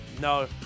No